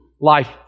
life